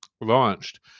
launched